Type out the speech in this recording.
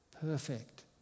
perfect